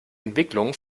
entwicklung